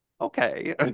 okay